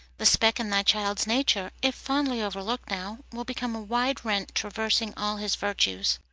the speck in thy child's nature, if fondly overlooked now, will become a wide rent traversing all his virtues.